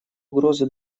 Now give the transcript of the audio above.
угрозы